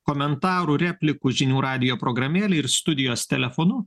komentarų replikų žinių radijo programėlėj ir studijos telefonu